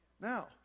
Now